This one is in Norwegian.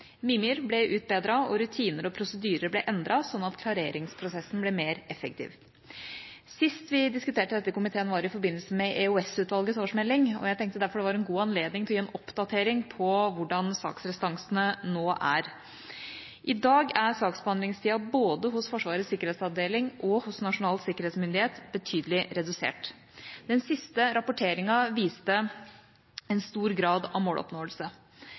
Mimir ble utbedret, og rutiner og prosedyrer ble endret sånn at klareringsprosessen ble mer effektiv. Sist vi diskuterte dette i komiteen, var i forbindelse med EOS-utvalgets årsmelding, og jeg tenkte derfor det var en god anledning til å gi en oppdatering på hvordan saksrestansene nå er. I dag er saksbehandlingstida både hos Forsvarets sikkerhetsavdeling og hos Nasjonal sikkerhetsmyndighet betydelig redusert. Den siste rapporteringen viste en stor grad av måloppnåelse.